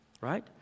right